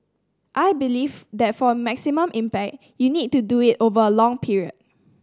I believe that for maximum impact you need to do it over a long period